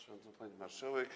Szanowna Pani Marszałek!